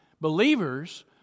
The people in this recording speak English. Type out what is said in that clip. Believers